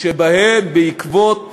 שבהם, בעקבות